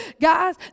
Guys